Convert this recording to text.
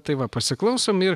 tai va pasiklausom ir